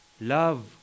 Love